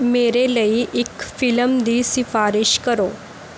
ਮੇਰੇ ਲਈ ਇੱਕ ਫਿਲਮ ਦੀ ਸਿਫਾਰਿਸ਼ ਕਰੋ